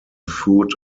foot